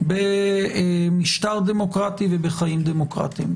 במשטר דמוקרטי ובחיים דמוקרטיים,